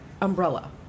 umbrella